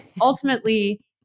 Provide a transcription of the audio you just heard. ultimately